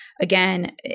Again